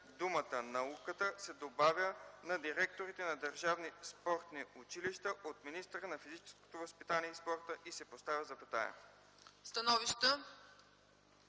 думата „науката” се добавя „на директорите на държавните спортни училища – от министъра на физическото възпитание и спорта” и се поставя запетая.”